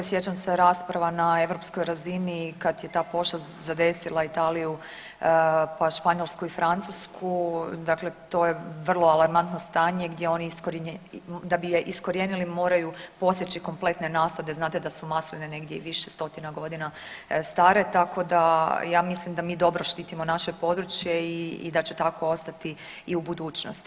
Sjećam se rasprava na europskoj razini kad je ta pošast zadesila Italiju pa Španjolsku i Francusku dakle to je vrlo alarmantno stanje da bi ga iskorijenili moraju posjeći kompletne nasada, a znate da su masline negdje i više stotina godina stre, tako da ja mislim da mi dobro štitimo naše područje i da će tako ostati i u budućnosti.